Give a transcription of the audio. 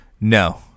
No